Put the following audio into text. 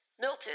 Milton